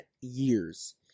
years